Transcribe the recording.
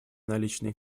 наличные